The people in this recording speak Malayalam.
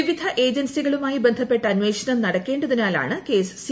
വിവിധ ഏജൻസികളുമായി ബന്ധപ്പെട്ട് അന്വേഷണം നടക്കേണ്ടതിനിലാണ് കേസ് സി